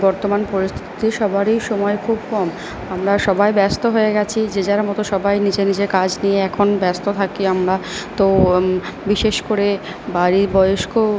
বর্তমান পরিস্থিতিতে সবারই সময় খুব কম আমরা সবাই ব্যস্ত হয়ে গেছি যে যার মতো সবাই নিজের নিজের কাজ নিয়ে এখন ব্যস্ত থাকি আমরা তো বিশেষ করে বাড়ির বয়স্ক